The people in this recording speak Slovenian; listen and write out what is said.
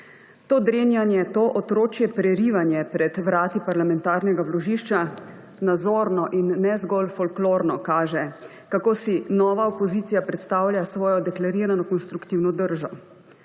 To drenjanje, to otročje prerivanje pred vrati parlamentarnega vložišča nazorno in ne zgolj folklorno kaže, kako si nova opozicija predstavlja svojo deklarirano konstruktivno držo.